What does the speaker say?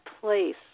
place